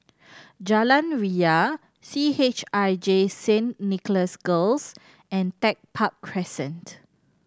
Jalan Ria C H I J Saint Nicholas Girls and Tech Park Crescent